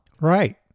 Right